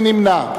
מי נמנע?